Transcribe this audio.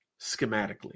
schematically